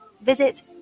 Visit